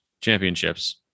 championships